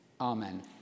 Amen